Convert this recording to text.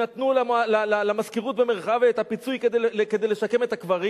נתנו למזכירות במרחביה את הפיצוי כדי לשקם את הקברים.